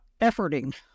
efforting